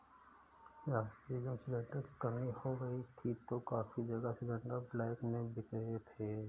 जब oxygen cylinder की कमी हो गई थी तो काफी जगह सिलेंडरस ब्लैक में बिके थे